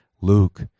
Luke